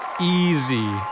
easy